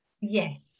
yes